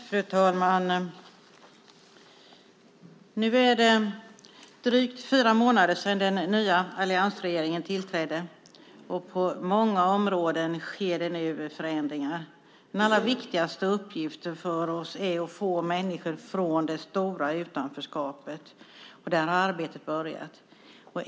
Fru talman! Nu är det drygt fyra månader sedan den nya alliansregeringen tillträdde. På många områden sker det förändringar. Den allra viktigaste uppgiften för oss är att få människor från det stora utanförskapet, och där har arbetet börjat.